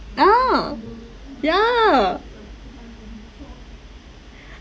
ah yeah